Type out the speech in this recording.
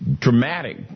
dramatic